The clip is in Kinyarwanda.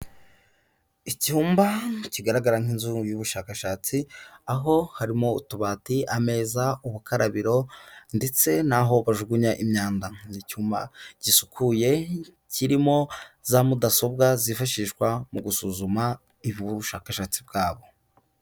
Icyumba kigaragara nk'inzu y'ubushakashatsi, aho harimo utubati, ameza, ubukarabiro ndetse n'aho bajugunya imyanda. Ni icyumba gisukuye kirimo za mudasobwa zifashishwa mu gusuzuma ushakashatsi bwabo.